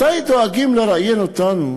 מתי דואגים לראיין אותנו?